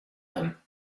him